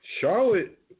Charlotte